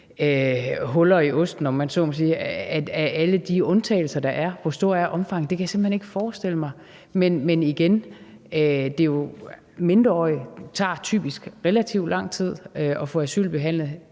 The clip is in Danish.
huller i osten, om man så må sige, alle de undtagelser, der er. Hvor stort er omfanget af det? Det kan jeg simpelt hen ikke forestille mig at man ikke har gjort. Men igen: Mindreårige tager det typisk relativt lang tid at få asylbehandlet,